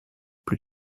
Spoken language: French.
plus